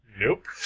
Nope